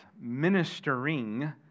ministering